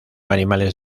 animales